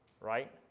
right